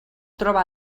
troba